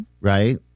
Right